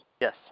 Yes